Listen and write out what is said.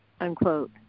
unquote